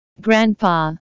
Grandpa